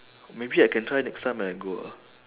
maybe I can try next time when I go ah